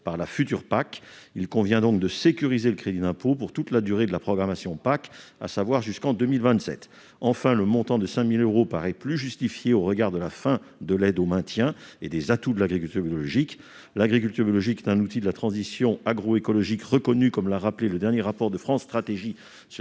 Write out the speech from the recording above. agricole commune (PAC). Il convient donc de sécuriser le crédit d'impôt pour toute la durée de la programmation PAC, à savoir jusqu'en 2027. Enfin, le montant de 5 000 euros paraît plus justifié au regard de la fin de l'aide au maintien et des atouts de l'agriculture biologique. L'agriculture biologique est un outil reconnu de la transition agroécologique, comme l'a rappelé le dernier rapport de France Stratégie sur